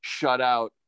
shutout